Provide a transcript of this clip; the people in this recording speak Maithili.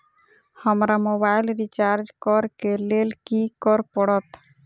हमरा मोबाइल रिचार्ज करऽ केँ लेल की करऽ पड़त?